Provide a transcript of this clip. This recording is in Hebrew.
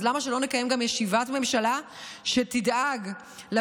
אז למה שלא נקיים גם ישיבת ממשלה שתדאג לפגיעה,